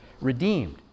redeemed